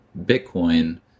Bitcoin